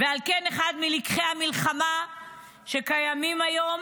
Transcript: על כן אחד מלקחי המלחמה שקיימים היום,